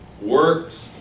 works